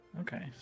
Okay